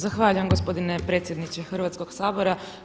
Zahvaljujem gospodine predsjedniče Hrvatskog sabora.